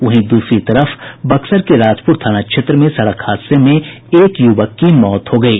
वहीं दूसरी तरफ बक्सर के राजपुर थाना क्षेत्र में सड़क हादसे में एक युवक की मौत हो गयी